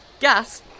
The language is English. gas